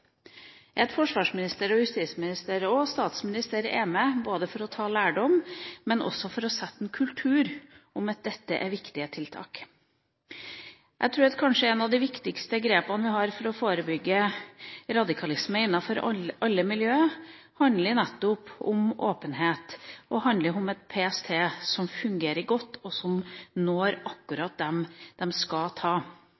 at forsvarsminister, justisminister og statsminister er med for å ta lærdom, men også for å sette en kultur for at dette er viktige tiltak. Jeg tror et av de kanskje viktigste grepene vi har for å forebygge radikalisme innenfor alle miljøer, nettopp er åpenhet. Det handler om et PST som fungerer godt, og som når